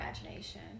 imagination